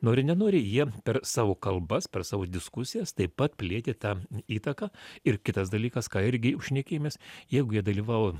nori nenori jie per savo kalbas per savo diskusijas taip pat plėtė tą įtaką ir kitas dalykas ką irgi jau šnekėjomės jeigu jie dalyvavo